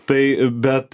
tai bet